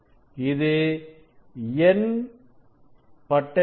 இது n என்பது பட்டைகளின்